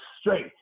straight